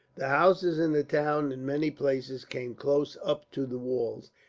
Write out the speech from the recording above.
the houses in the town in many places came close up to the walls,